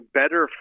better